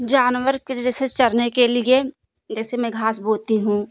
जानवर के जैसे चरने के लिए जैसे मैं घास बोती हूँ